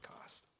cost